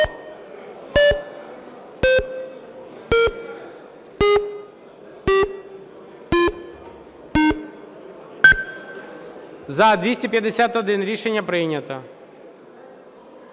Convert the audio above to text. За-215 Рішення прийнято.